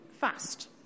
fast